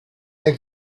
der